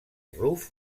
ruf